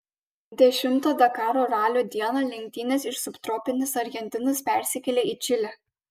dešimtą dakaro ralio dieną lenktynės iš subtropinės argentinos persikėlė į čilę